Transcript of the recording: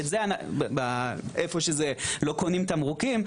איפה שלא קונים תמרוקים,